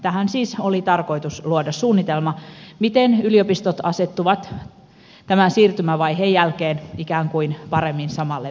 oli siis tarkoitus luoda suunnitelma miten yliopistot asettuvat tämän siirtymävaiheen jälkeen ikään kuin paremmin samalle viivalle